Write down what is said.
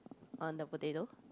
on the potato